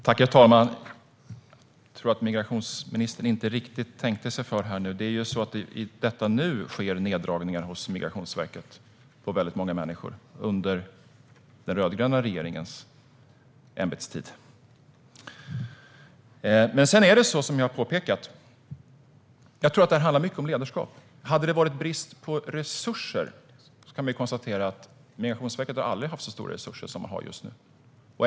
Herr talman! Jag tror inte riktigt att migrationsministern tänkte sig för nu. Det är i detta nu som det sker neddragningar hos Migrationsverket - det handlar om väldigt många människor, och det är under den rödgröna regeringens ämbetstid. Men, som jag har påpekat, jag tror att det handlar mycket om ledarskap. Man kan konstatera att Migrationsverket aldrig har haft så stora resurser som man har just nu.